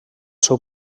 seu